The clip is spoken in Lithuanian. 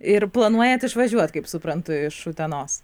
ir planuojat išvažiuot kaip suprantu iš utenos